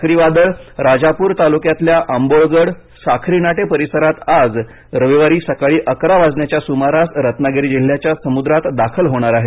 चक्रीवादळ राजापूर तालुक्यातल्या आंबोळगड साखरीनाटे परिसरात आज रविवारी सकाळी अकरा वाजण्याच्या सुमारास रत्नागिरी जिल्ह्याच्या समुद्रात दाखल होणार आहे